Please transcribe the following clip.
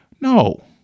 No